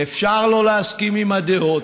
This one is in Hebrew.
ואפשר שלא להסכים לדעות,